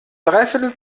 dreiviertel